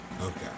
Okay